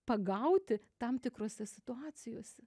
pagauti tam tikrose situacijose